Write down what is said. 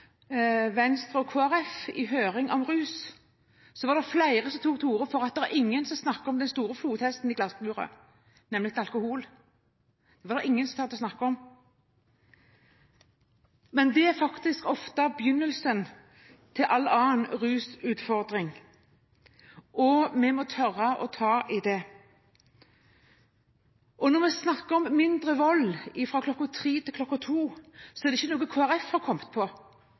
Venstre og Kristelig Folkeparti, satt i møte, i høring om rus, var det flere som tok til orde for at det er ingen som snakker om den store flodhesten i glassburet, nemlig alkohol. Det var det ingen som turte å snakke om. Men det er faktisk ofte begynnelsen til all annen rusutfordring, og vi må tørre å ta tak i det. Når vi snakker om mindre vold fra kl. 03 til kl. 02, er det ikke noe Kristelig Folkeparti har kommet på,